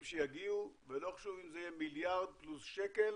שיגיעו ולא חשוב אם זה יהיה מיליארד פלוס שקל